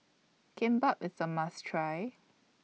Kimbap IS A must Try